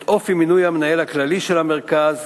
את אופי מינוי המנהל הכללי של המרכז